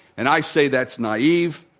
and i say that's naive.